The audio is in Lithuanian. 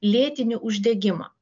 lėtinį uždegimą